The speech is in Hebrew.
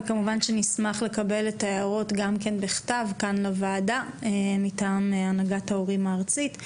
כמובן שנשמח לקבל את ההערות בכתב לוועדה מטעם הנהגת ההורים הארצית.